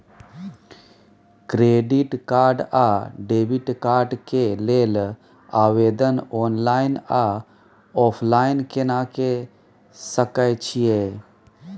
Credit card आ debit card के लेल आवेदन ऑनलाइन आ ऑफलाइन केना के सकय छियै?